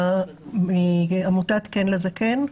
מעמותת "כן לזקן".